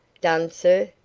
done, sir?